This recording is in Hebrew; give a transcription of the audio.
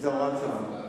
זו הוראת שעה.